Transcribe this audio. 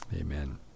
Amen